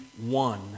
one